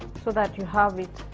so that you have it